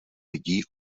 lidí